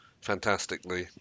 fantastically